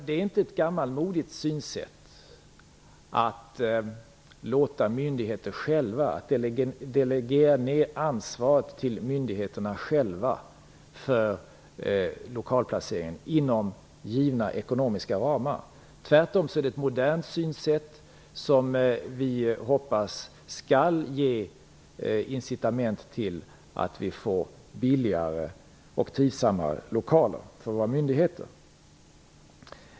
Det är inte ett gammalmodigt synsätt att delegera ner ansvaret och låta myndigheter själva bestämma lokalplaceringen inom givna ekonomiska ramar. Det är tvärtom ett modernt synsätt som vi hoppas skall ge incitament till att vi får billigare och trivsammare lokaler för våra myndigheter.